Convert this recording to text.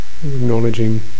Acknowledging